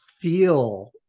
feel